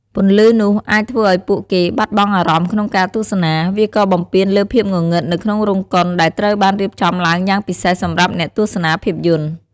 ពន្លឺនោះអាចធ្វើឲ្យពួកគេបាត់បង់អារម្មណ៍ក្នុងការទស្សនា វាក៏បំពានលើភាពងងឹតនៅក្នុងរោងកុនដែលត្រូវបានរៀបចំឡើងយ៉ាងពិសេសសម្រាប់អ្នកទស្សនាភាពយន្ត។